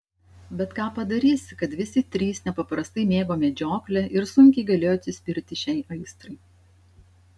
bet ką padarysi kad visi trys nepaprastai mėgo medžioklę ir sunkiai galėjo atsispirti šiai aistrai